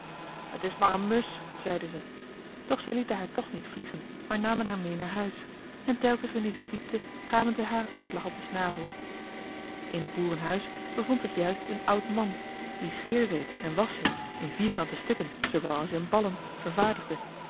het is maar een musch zeiden zij doch zij lieten haar toch niet vliegen maar namen haar mee naar huis en telkens wanneer zij piepte gaven zij haar een slag op den snavel in het boerenhuis bevond zich juist een oud man die scheerzeep en waschzeep in vierkante stukken zoowel als in ballen vervaardigde